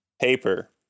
Paper